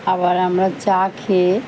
আবার আমরা চা খেয়ে